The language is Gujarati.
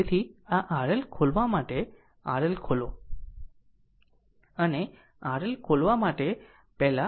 તેથી આ RL ખોલવા માટે RL ખોલો અને RL શોધવા માટે પહેલા